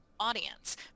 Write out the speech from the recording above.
audience